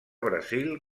brasil